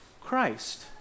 Christ